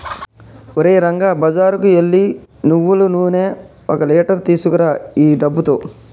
ఓరే రంగా బజారుకు ఎల్లి నువ్వులు నూనె ఒక లీటర్ తీసుకురా ఈ డబ్బుతో